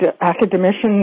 academicians